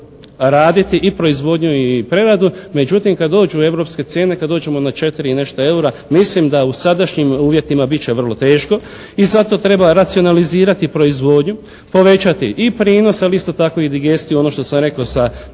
raditi i proizvodnju i preradu, međutim kad dođu europske cijene, kad dođemo na 4 i nešto eura mislim da u sadašnjim uvjetima bit će vrlo teško i zato treba racionalizirati proizvodnju, povećati i prinos, ali isto tako i …/Govornik se ne razumije./…